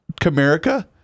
Comerica